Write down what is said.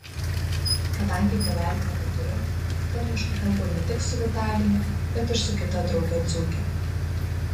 kadangi tėvelių nebeturiu tarmiškai kalbu ne tik su vitalija bet ir su kita drauge dzūke